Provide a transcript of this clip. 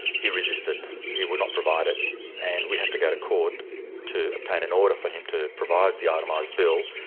he resisted. he would not provide it and we had to go to court to obtain an order for him to provide the itemised bill.